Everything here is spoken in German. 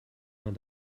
man